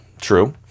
true